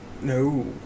No